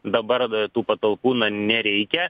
dabar tų patalpų na nereikia